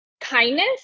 kindness